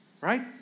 right